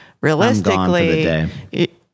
realistically